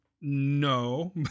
No